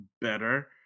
better